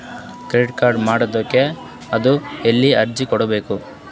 Credit card ಪಡಿಬೇಕು ಅಂದ್ರ ಎಲ್ಲಿ ಅರ್ಜಿ ಕೊಡಬೇಕು?